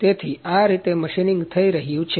તેથી આ રીતે મશીનિંગ થઈ રહ્યું છે